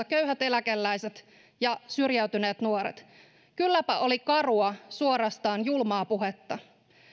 köyhät eläkeläiset ja syrjäytyneet nuoret kylläpä oli karua suorastaan julmaa puhetta